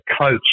coach